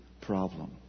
problem